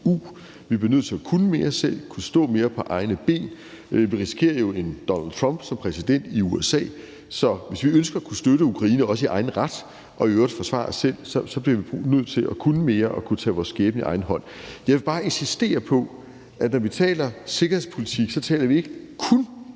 bliver nødt til at kunne mere selv, stå mere på egne ben. Vi risikerer jo en Donald Trump som præsident i USA, så hvis vi ønsker at kunne støtte Ukraine også i egen ret og i øvrigt forsvare os selv, bliver vi nødt til at kunne mere og kunne tage vores skæbne i egen hånd. Jeg vil bare insistere på, at når vi taler sikkerhedspolitik, taler vi ikke kun